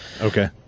Okay